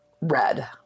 red